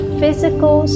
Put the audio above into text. physical